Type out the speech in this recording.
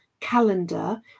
calendar